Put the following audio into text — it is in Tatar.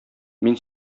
мин